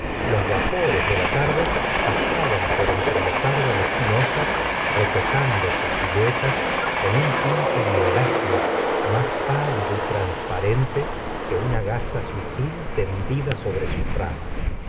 los vapores de la tarde pasaban por entre los árboles sin hojas retocando sus siluetas con un tirite violáceo más pálido y transparente que una gasa sutil tendida sobre sus ramas